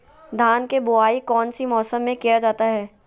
धान के बोआई कौन सी मौसम में किया जाता है?